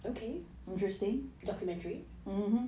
okay documentary